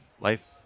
life